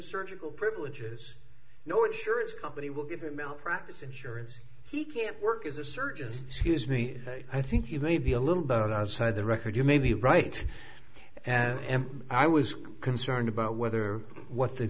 surgical privileges no insurance company will give him malpractise insurance he can't work as a surgeon scuse me i think you may be a little but outside the record you may be right an m p i was concerned about whether what the